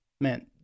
man